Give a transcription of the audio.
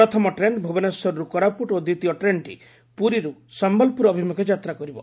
ପ୍ରଥମ ଟ୍ରେନ ଭୁବନେଶ୍ୱରରୁ କୋରାପୁଟ ଓ ଦ୍ୱିତୀୟ ଟ୍ରେନଟି ପୁରୀରୁ ସମ୍ୟଲପୁର ଅଭିମୁଖେ ଯାତ୍ରା କରିବ